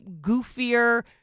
goofier